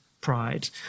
pride